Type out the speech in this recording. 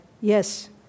yes